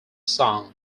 song